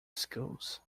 schools